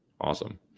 awesome